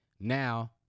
now